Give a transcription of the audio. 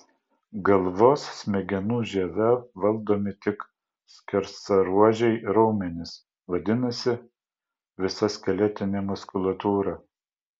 galvos smegenų žieve valdomi tik skersaruožiai raumenys vadinasi visa skeletinė muskulatūra